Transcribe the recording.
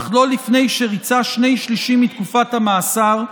אך לא לפני שריצה שני שלישים מתקופת המאסר,